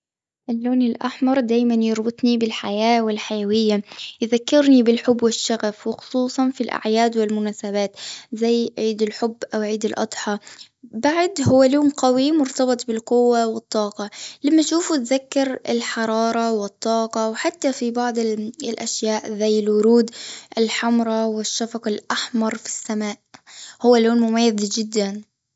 اللون الأحمر، دايماً يربطني بالحياة والحيوية. يذكرني بالحب والشغف، وخصوصاً، في الأعياد والمناسبات. زي عيد الحب، أو عيد الأضحى. بعد هو لون قوي، مرتبط بالقوة والطاقة. لما اشوفه، أتذكر الحرارة والطاقة، وحتى في بعض الأشياء، زي الورود الحمرا والشفق الأحمر في السماء. هو لون مميز جداً.